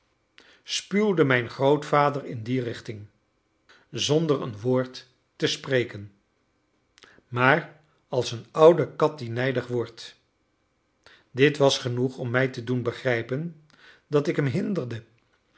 spuwde mijn grootvader in die richting zonder een woord te spreken maar als eene oude kat die nijdig wordt dit was genoeg om mij te doen begrijpen dat ik hem hinderde